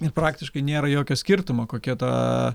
ir praktiškai nėra jokio skirtumo kokia ta